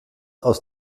aus